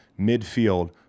midfield